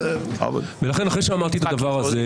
אחרי שאמרתי את הדבר הזה,